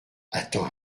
attends